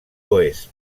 oest